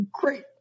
great